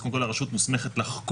אז קודם כול, הרשות מוסמכות לחקור